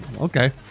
okay